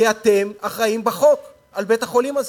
כי אתם אחראים בחוק לבית-החולים הזה.